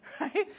right